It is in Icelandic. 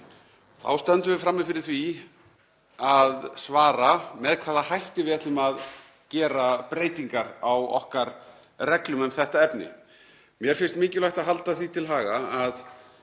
Þá stöndum við frammi fyrir því að svara með hvaða hætti við ætlum að gera breytingar á okkar reglum um þetta efni. Mér finnst mikilvægt að halda því til haga að